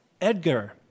Edgar